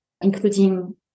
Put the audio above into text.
including